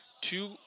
Two